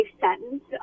sentence